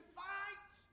fight